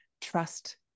trust